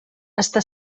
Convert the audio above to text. està